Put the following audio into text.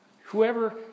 Whoever